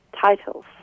titles